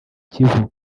kivu